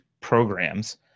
programs